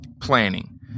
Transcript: planning